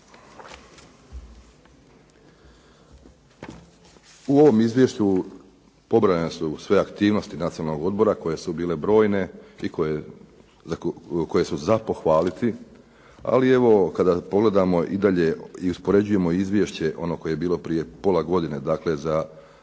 U ovom izvješću pobrojane su sve aktivnosti Nacionalnog odbora koje su bile brojne i koje su za pohvaliti, ali kada pogledamo dalje i uspoređujemo izvješće ono koje je bilo prije pola godine, dakle za drugu